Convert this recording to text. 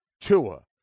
Tua